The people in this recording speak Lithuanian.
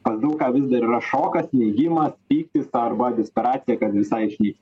pas daug ką vis dar yra šokas neigimas pyktis arba desperacija kad visai išnyks